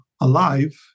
alive